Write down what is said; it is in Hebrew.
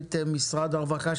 למנכ"לית משרד הרווחה,